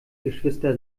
geschwister